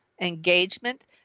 engagement